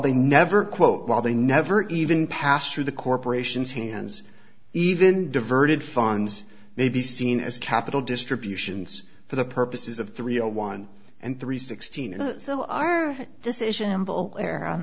they never quote while they never even pass through the corporation's hands even diverted funds may be seen as capital distributions for the purposes of three a one and three sixteen so our decision